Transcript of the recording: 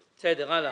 בסדר, הלאה.